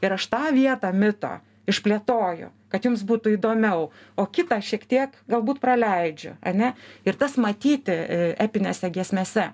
ir aš tą vietą mito išplėtoju kad jums būtų įdomiau o kitą šiek tiek galbūt praleidžiu ane ir tas matyti epinėse giesmėse